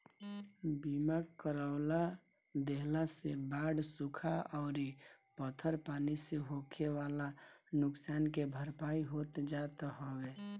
बीमा करवा देहला से बाढ़ सुखा अउरी पत्थर पानी से होखेवाला नुकसान के भरपाई हो जात हवे